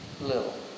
little